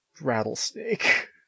rattlesnake